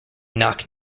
knock